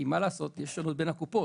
כי מה לעשות, יש שונות בין הקופות.